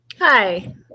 Hi